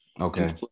Okay